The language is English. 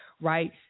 right